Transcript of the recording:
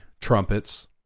trumpets